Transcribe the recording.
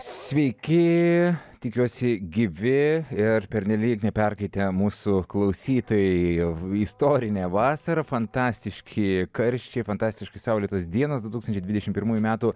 sveiki tikiuosi gyvi ir pernelyg neperkaitę mūsų klausytojai istorinę vasarą fantastiški karščiai fantastiškai saulėtos dienos du tūkstančiai dvidešimt pirmųjų metų